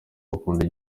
bakunda